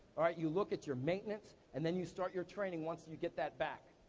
you look at your maintenance, and then you start your training once you get that back.